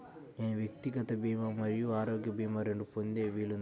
నేను వ్యక్తిగత భీమా మరియు ఆరోగ్య భీమా రెండు పొందే వీలుందా?